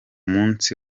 musi